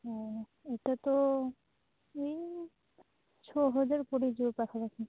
ହଉ ଏଇଟା ତ ଏଇ ଛଅ ହଜାର ପଡ଼ିଯିବ ପାଖାପାଖି